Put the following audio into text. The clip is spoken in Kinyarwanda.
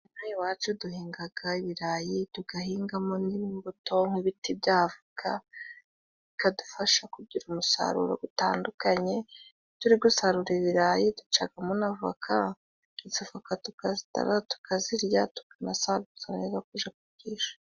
Inaha iwacu duhinga ibirayi, tugahingamo n'imbuto n'ibiti by'avoka bikadufasha kugira umusaruro utandukanye; turi gusarura ibirayi ducamo n' avoka, izo avoka tukazitara, tukazirya, tukanasagura nizo tujya kugurisha.